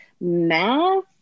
math